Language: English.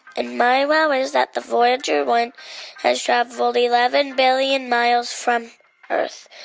and my wow is that the voyager one has traveled eleven billion miles from earth.